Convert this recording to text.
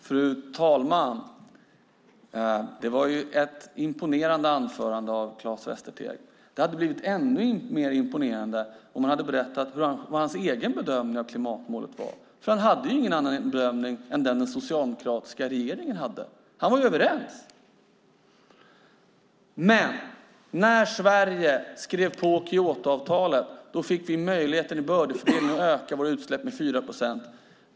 Fru ålderspresident! Det var ett imponerande anförande av Claes Västerteg. Det hade blivit än mer imponerande om han hade berättat vilken hans egen bedömning av klimatmålet var. Han hade ju ingen annan bedömning än den som den socialdemokratiska regeringen hade. Han var ju överens med oss. När Sverige skrev på Kyotoavtalet fick vi möjlighet genom bördefördelningen att öka våra utsläpp med 4 procent.